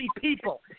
people